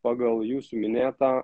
pagal jūsų minėtą